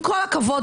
עם כל הכבוד,